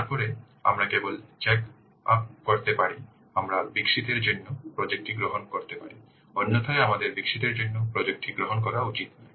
তারপরে আমরা কেবল চেক আপ করতে পারি আমরা বিকশিতের জন্য প্রজেক্ট টি গ্রহণ করতে পারি অন্যথায় আমাদের বিকশিতের জন্য প্রজেক্ট টি গ্রহণ করা উচিত নয়